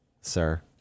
sir